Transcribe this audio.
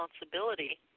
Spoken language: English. responsibility